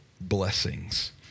blessings